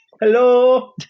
Hello